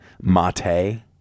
Mate